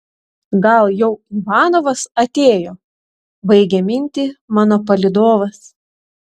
gal jau ivanovas atėjo baigia mintį mano palydovas